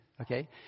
okay